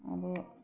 आ ते